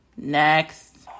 Next